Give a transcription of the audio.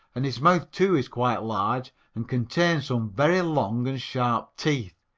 and his mouth, too, is quite large and contains some very long and sharp teeth.